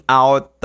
out